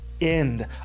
end